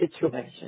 situation